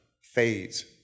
fades